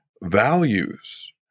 values